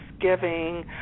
giving